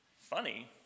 Funny